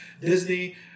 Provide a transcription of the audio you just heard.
disney